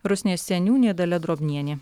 rusnės seniūnė dalia drobnienė